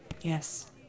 Yes